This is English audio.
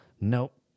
nope